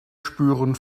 spüren